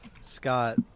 Scott